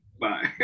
bye